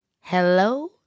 Hello